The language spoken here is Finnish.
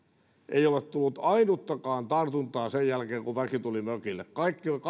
ei ole tullut ainuttakaan tartuntaa sen jälkeen kun väki tuli mökille kaikki mitkä ovat